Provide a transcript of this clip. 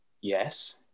Yes